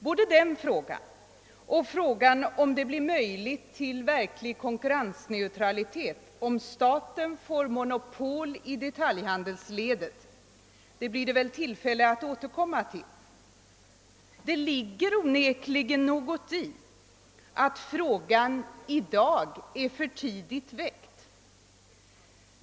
Både den frågan och frågan om huruvida en verklig konkurrensneutralitet blir möjlig därest staten får monopol i detaljhandelsledet får vi väl tillfälle att återkomma till. Det ligger onekligen något i att saken i dag är för tidigt väckt.